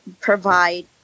provide